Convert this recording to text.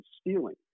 stealing